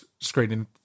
screening